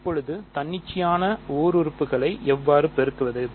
இப்போது தன்னிச்சையான ஓருறுப்புகளை எவ்வாறு பெருக்குவது